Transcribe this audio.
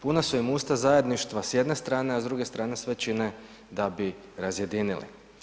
Puna su im usta zajedništva s jedne strane a s druge strane sve čine da bi razjedinili.